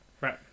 Right